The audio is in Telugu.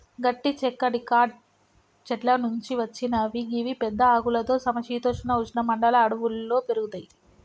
గట్టి చెక్క డికాట్ చెట్ల నుంచి వచ్చినవి గివి పెద్ద ఆకులతో సమ శీతోష్ణ ఉష్ణ మండల అడవుల్లో పెరుగుతయి